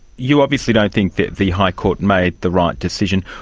you obviously don't think the the high court made the right decision.